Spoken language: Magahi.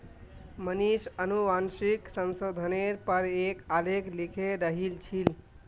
मनीष अनुवांशिक संशोधनेर पर एक आलेख लिखे रहिल छील